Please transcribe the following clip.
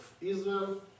Israel